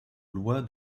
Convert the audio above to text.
loi